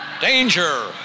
danger